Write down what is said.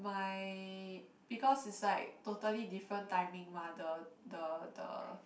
my because it's like totally different timing mah the the the